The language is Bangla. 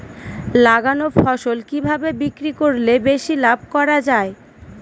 লাগানো ফসল কিভাবে বিক্রি করলে বেশি লাভ করা যায়?